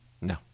No